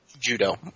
judo